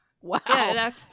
wow